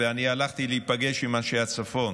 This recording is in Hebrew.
לצפון, ואני הלכתי להיפגש עם אנשי הצפון